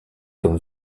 comme